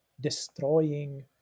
destroying